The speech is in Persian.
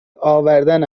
آوردن